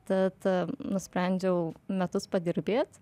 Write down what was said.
tad nusprendžiau metus padirbėt